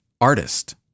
artist